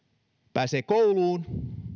pääsee kouluun